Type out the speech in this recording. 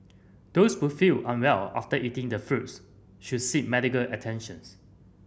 those who feel unwell after eating the fruits should seek medical attentions